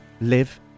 live